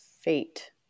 Fate